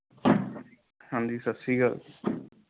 ਹਾਂਜੀ ਸਤਿ ਸ਼੍ਰੀ ਅਕਾਲ